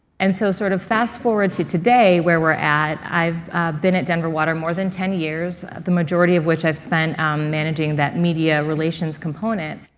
and so sort of fast-forward to today where we're at, i've been at denver water more than ten years, the majority of which i've spent managing that media relations component.